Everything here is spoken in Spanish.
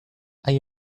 hay